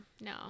no